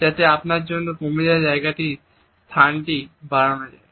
যাতে আপনার জন্য কমে যাওয়া স্থানটি বাড়ানো যায়